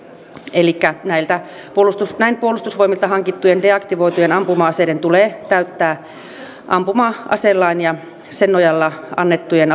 elikkä näin puolustusvoimilta hankittujen deaktivoitujen ampuma aseiden tulee täyttää ampuma aselain ja sen nojalla annettujen